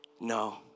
No